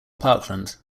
parkland